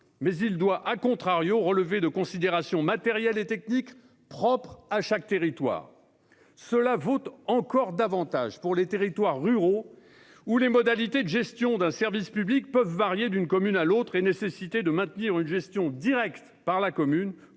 mais doit relever de considérations matérielles et techniques propres à chaque territoire. Cela vaut encore davantage pour les territoires ruraux, où les modalités de gestion d'un service public peuvent varier d'une commune à l'autre et nécessiter de maintenir une gestion directe par la commune